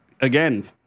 again